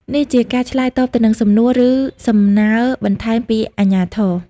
នេះជាការឆ្លើយតបទៅនឹងសំណួរ ឬសំណើបន្ថែមពីអាជ្ញាធរ។